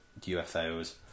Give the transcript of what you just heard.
UFOs